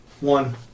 One